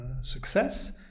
success